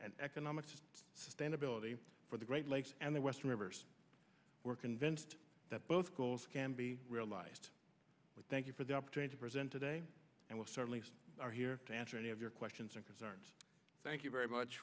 and economics sustainability for the great lakes and the western rivers were convinced that both goals can be realized but thank you for the opportunity presented a and we certainly are here to answer any of your questions and concerns thank you very much